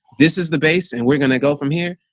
this is the base. and we're going to go from here,